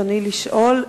ברצוני לשאול: